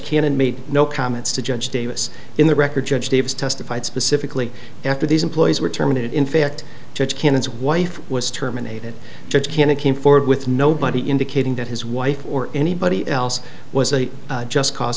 canon made no comments to judge davis in the record judge davis testified specifically after these employees were terminated in fact church canons wife was terminated judge kana came forward with nobody indicating that his wife or anybody else was a just cause